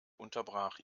unterbrach